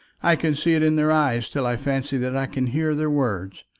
i can see it in their eyes till i fancy that i can hear their words.